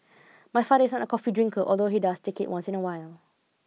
my father is an coffee drinker although he does take it once in a while